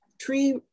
tree